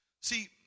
See